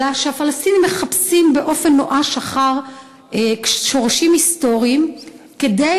אלא שהפלסטינים מחפשים באופן נואש אחר שורשים היסטוריים כדי